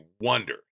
wonder